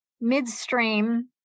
midstream